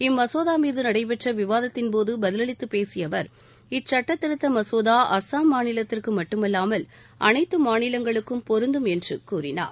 இம்மசோதா மீது நடைபெற்ற விவாதத்தின்போது பதிலளித்துப் பேசிய அவர் இச்சட்ட திருத்த மசோதா அஸ்ஸாம் மாநிலத்திற்கு மட்டுமல்லாமல் அனைத்து மாநிலங்களுக்கும் பொருந்தும் என்று கூறினார்